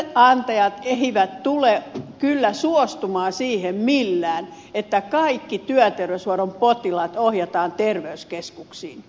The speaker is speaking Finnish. työnantajat eivät tule kyllä suostumaan siihen millään että kaikki työterveyshuollon potilaat ohjataan terveyskeskuksiin